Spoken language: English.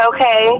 Okay